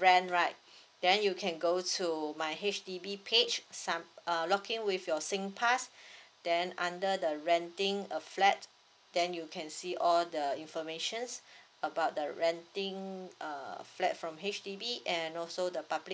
rent right then you can go to my H_D_B page sign err login with your singpass then under the renting a flat then you can see all the informations about the renting a flat from H_D_B and also the public